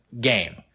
game